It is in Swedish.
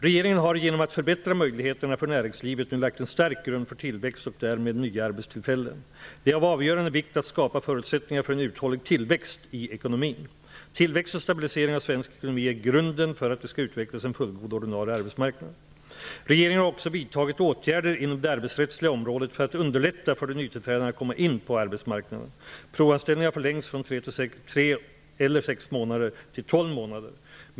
Regeringen har genom att förbättra möjligheterna för näringslivet nu lagt en stark grund för tillväxt och därmed nya arbetstillfällen. Det är av avgörande vikt att skapa förutsättningar för en uthållig tillväxt i ekonomin. Tillväxt och stabilisering av svensk ekonomi är grunden för att det skall utvecklas en fullgod ordinarie arbetsmarknad. Regeringen har också vidtagit åtgärer inom det arbetsrättsliga området för att underlätta för de nytillträdande att komma in på arbetsmarknaden. Provanställningar har förlängts från tre eller sex månader till tolv månader.